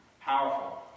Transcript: powerful